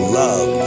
love